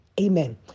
Amen